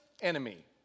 enemy